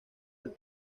del